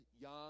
young